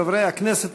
חברי הכנסת,